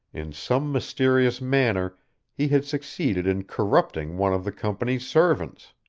in some mysterious manner he had succeeded in corrupting one of the company's servants.